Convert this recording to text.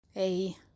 hey